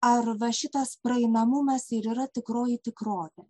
ar va šitas praeinamumas ir yra tikroji tikrovė